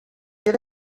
get